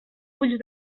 fulls